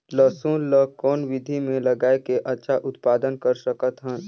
लसुन ल कौन विधि मे लगाय के अच्छा उत्पादन कर सकत हन?